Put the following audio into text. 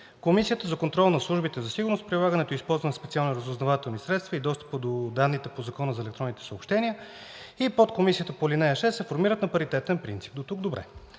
„Комисията за контрол над службите за сигурност, прилагането и използването на специалните разузнавателни средства и достъпа до данните по Закона за електронните съобщения и подкомисията по ал. 6 се формират на паритетен принцип – дотук добре